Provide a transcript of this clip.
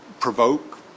provoke